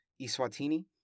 Iswatini